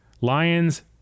Lions